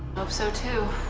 so too.